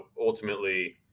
ultimately